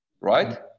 right